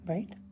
Right